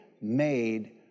made